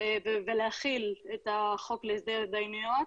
ולהחיל את החוק להסדר התדיינויות.